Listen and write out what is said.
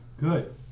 Good